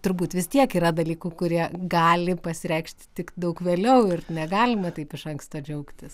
turbūt vis tiek yra dalykų kurie gali pasireikšti tik daug vėliau ir negalime taip iš anksto džiaugtis